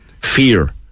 fear